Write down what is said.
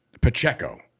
Pacheco